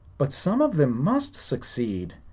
but some of them must succeed,